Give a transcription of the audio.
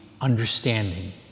understanding